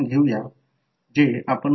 उदाहरणार्थ समजा हे आहे हे चिन्ह आहे